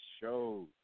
shows